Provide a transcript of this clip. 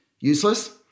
Useless